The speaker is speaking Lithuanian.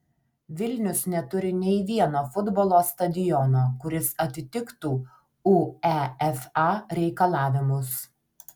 vilnius neturi nei vieno futbolo stadiono kuris atitiktų uefa reikalavimus